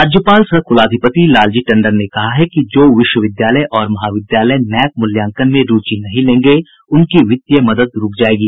राज्यपाल सह कुलाधिपति लालजी टंडन ने कहा है कि जो विश्वविद्यालय और महाविद्यालय नैक मूल्यांकन में रूचि नहीं लेंगे उनकी वित्तीय मदद रूक जायेगी